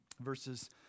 verses